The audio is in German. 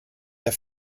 der